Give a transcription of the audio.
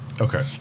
Okay